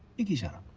thank you sir.